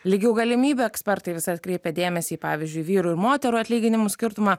lygių galimybių ekspertai vis atkreipia dėmesį į pavyzdžiui vyrų ir moterų atlyginimų skirtumą